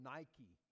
Nike